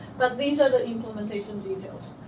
but these are the implementations you chose.